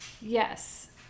Yes